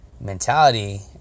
mentality